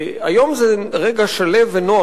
והיום זה רגע שלו ונוח,